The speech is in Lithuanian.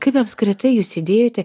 kaip apskritai jūs sėdėjote